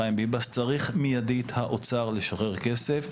חיים ביבס משרד האוצר צריך מיד לשחרר כסף.